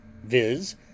viz